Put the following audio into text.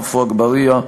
עפו אגבאריה,